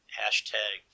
hashtag